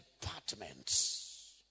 departments